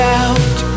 out